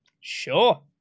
Sure